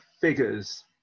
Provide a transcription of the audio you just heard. figures